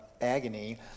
agony